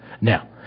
Now